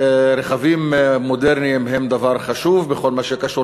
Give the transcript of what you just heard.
רכבים מודרניים הם דבר חשוב בכל מה שקשור